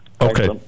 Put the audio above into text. Okay